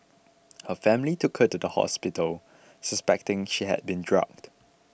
her family took her to the hospital suspecting she had been drugged